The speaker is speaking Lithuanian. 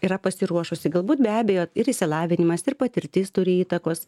yra pasiruošusi galbūt be abejo ir isilavinimas ir patirtis turi įtakos